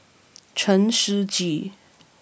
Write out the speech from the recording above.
Chen Shiji